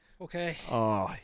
Okay